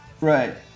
Right